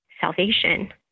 salvation